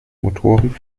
motoren